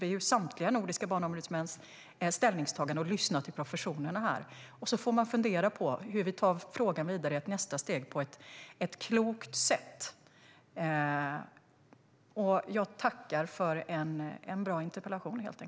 Det handlar om samtliga nordiska barnombudsmäns ställningstaganden, och vi har lyssnat på professionerna. Sedan får vi fundera över hur vi tar frågan vidare i nästa steg på ett klokt sätt. Jag tackar för en bra interpellation.